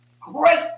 great